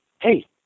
hey